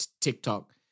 TikTok